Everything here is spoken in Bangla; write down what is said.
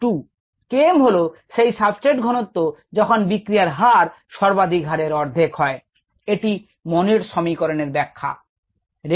Km হল সেই সাবস্ট্রেট ঘনত্ত যখন বিক্রিয়ার হার সর্বাধিক হারের অর্ধেক হয় এটি monod সমিকরনের ব্যাখ্যা